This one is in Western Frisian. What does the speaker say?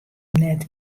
net